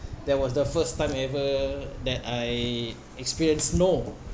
that was the first time ever that I experienced snow